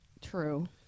True